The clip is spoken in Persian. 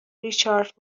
ریچارد